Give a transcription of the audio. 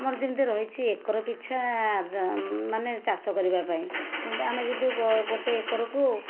ଆମର ଯେମିତି ରହିଛି ଏକର ପିଛା ମାନେ ଚାଷ କରିବା ପାଇଁ ଯେମିତି ଆମେ ଯଦି ଗୋଟେ ଏକରକୁ